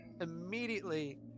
immediately